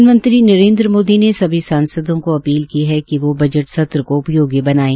प्रधानमंत्री नरेन्द्र मोदी ने सभी सांसदों को अपील की है कि वो बजट सत्र को उपयोगी बनाये